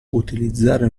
utilizzare